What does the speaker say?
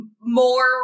more